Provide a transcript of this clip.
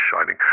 shining